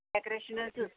decoration చూసు